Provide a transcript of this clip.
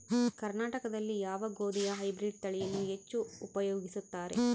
ಕರ್ನಾಟಕದಲ್ಲಿ ಯಾವ ಗೋಧಿಯ ಹೈಬ್ರಿಡ್ ತಳಿಯನ್ನು ಹೆಚ್ಚು ಉಪಯೋಗಿಸುತ್ತಾರೆ?